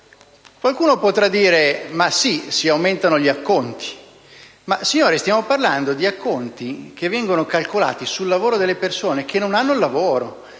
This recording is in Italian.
Qualcuno potrà dire: ma sì, si aumentano gli acconti. Ma, signori stiamo parlando di acconti calcolati sul lavoro delle persone che non hanno il lavoro;